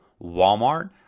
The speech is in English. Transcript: Walmart